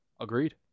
Agreed